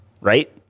right